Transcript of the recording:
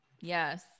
Yes